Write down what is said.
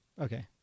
Okay